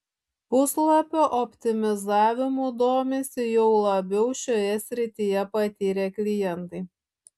puslapio optimizavimu domisi jau labiau šioje srityje patyrę klientai